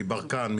ברקן,